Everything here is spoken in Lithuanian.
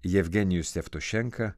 jevgenijus jevtušenka